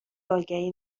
آگهی